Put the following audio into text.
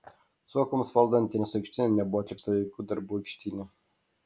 zuokams valdant teniso aikštyną nebuvo atlikta jokių darbų aikštyne